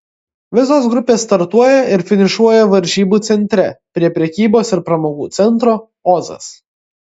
visos grupės startuoja ir finišuoja varžybų centre prie prekybos ir pramogų centro ozas